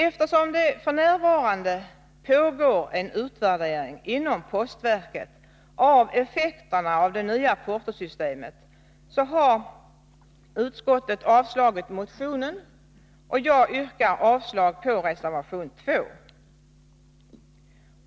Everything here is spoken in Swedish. Eftersom det f. n. pågår en utvärdering inom postverket av effekterna av det nya portosystemet, har utskottet avstyrkt motionen och jag yrkar avslag på reservation 2.